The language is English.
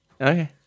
Okay